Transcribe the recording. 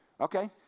okay